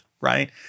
right